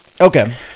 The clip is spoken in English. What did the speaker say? okay